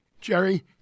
Jerry